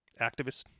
activist